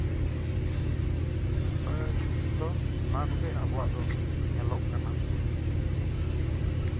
ᱟᱨ ᱱᱮᱛᱟᱨ ᱫᱚ ᱱᱚᱣᱟ ᱠᱚᱜᱮ ᱟᱵᱚᱣᱟᱜ ᱫᱚ ᱧᱮᱞᱚᱜ ᱠᱟᱱᱟ